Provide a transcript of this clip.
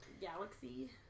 Galaxy